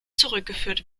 zurückgeführt